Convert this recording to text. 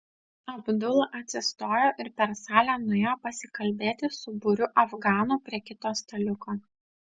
abdula atsistojo ir per salę nuėjo pasikalbėti su būriu afganų prie kito staliuko